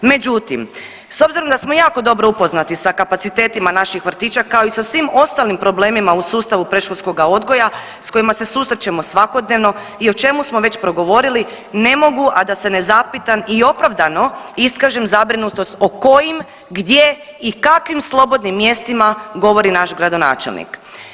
Međutim, s obzirom da smo jako dobro upoznati sa kapacitetima naših vrtića kao i sa svim ostalim problemima u sustavu predškolskoga odgoja sa kojima se susrećemo svakodnevno i o čemu smo već progovorili ne mogu a da se ne zapitam i opravdano iskažem zabrinutost o kojim, gdje i kakvim slobodnim mjestima govori naš gradonačelnik.